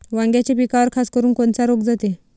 वांग्याच्या पिकावर खासकरुन कोनचा रोग जाते?